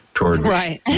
Right